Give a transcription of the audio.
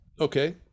okay